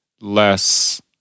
less